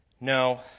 no